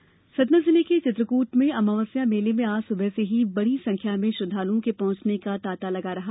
अमावस्या मेला सतना जिले के चित्रकूट में अमावस्या मेले में आज सुबह से ही बड़ी संख्या में श्रद्दालुओं के पहुंचने का तांता लगा रहा